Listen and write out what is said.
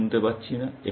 আমি শুনতে পাচ্ছি না